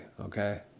Okay